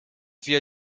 via